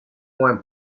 moins